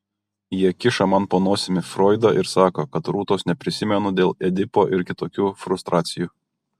jie kiša man po nosimi froidą ir sako kad rūtos neprisimenu dėl edipo ir kitokių frustracijų